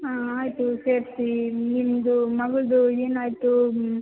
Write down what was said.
ಹಾಂ ಆಯಿತು ಸೇರಿಸಿ ನಿಮ್ಮದು ಮಗಳದು ಏನಾಯಿತು